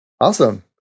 Awesome